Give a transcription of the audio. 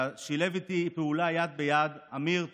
ששיתף איתי פעולה יד ביד, אמיר טיטו.